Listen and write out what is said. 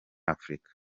afrika